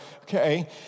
okay